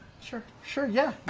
sure, sure, yeah.